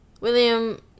William